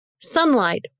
sunlight